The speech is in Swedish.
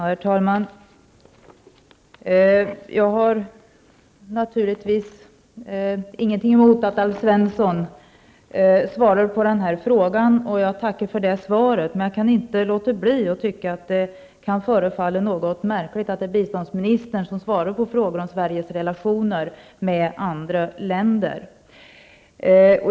Herr talman! Jag har naturligtvis inget emot att Alf Svensson svarar på denna fråga, och jag tackar för svaret. Men jag kan inte låta bli att tycka att det kan förefalla något märkligt att det är biståndsministern som svarar på frågor om Sveriges relationer med andra länder.